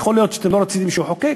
יכול להיות שלא רציתם שהוא יחוקק,